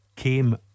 Came